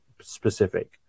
specific